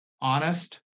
honest